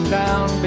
down